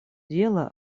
дело